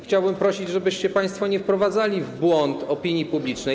Chciałbym prosić, żebyście państwo nie wprowadzali w błąd opinii publicznej.